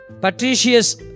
patricius